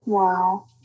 Wow